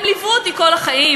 הם ליוו אותי כל החיים,